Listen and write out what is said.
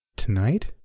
Tonight